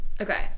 Okay